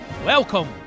Welcome